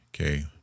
Okay